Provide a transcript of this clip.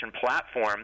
platform